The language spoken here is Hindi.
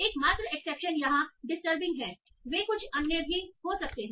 एकमात्र एक्सेप्शन यहां डिस्टर्बिग है वे कुछ अन्य भी हो सकते हैं